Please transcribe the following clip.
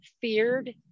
feared